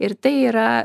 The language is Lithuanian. ir tai yra